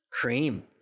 cream